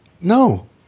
No